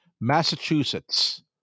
Massachusetts